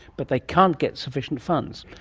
but they can't get sufficient funds.